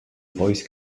voice